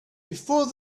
before